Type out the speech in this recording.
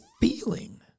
feeling